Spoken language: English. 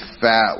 fat